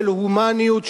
של הומניות,